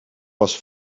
was